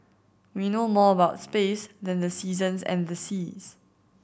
we know more about space than the seasons and the seas